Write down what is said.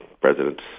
president